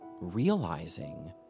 realizing